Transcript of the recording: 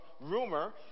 rumor